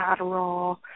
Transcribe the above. Adderall